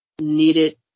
needed